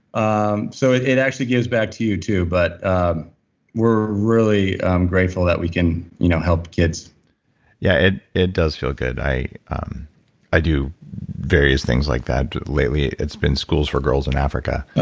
um so it it actually gives back to you too, but ah we're really grateful that we can you know help kids yeah. it it does feel good. i i do various things like that. lately, it's been schools for girls in africa.